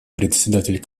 представитель